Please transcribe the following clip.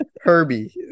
Herbie